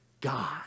God